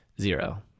zero